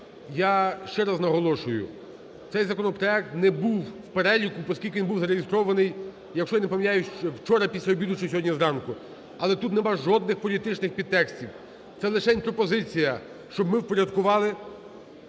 я ще раз наголошую, цей законопроект не був в переліку, поскільки він був зареєстрований, якщо я не помиляюсь, вчора після обіду чи сьогодні зранку. Але тут нема жодних політичних підтекстів, це лишень пропозиція, щоб ми впорядкували